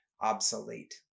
obsolete